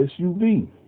SUV